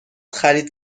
خرید